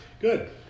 Good